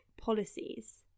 policies